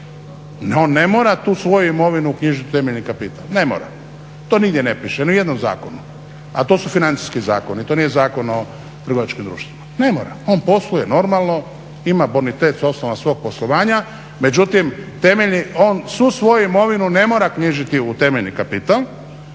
On ne mora tu svoju imovinu knjižit u temeljni kapital, ne mora, to nigdje ne piše, ni u jednom zakonu, a to su financijski zakoni, to nije Zakon o trgovačkim društvima. Ne mora, on posluje normalno, ima bonitet s osnova svog poslovanja, međutim on svu svoju imovinu ne mora knjižiti u temeljni kapital.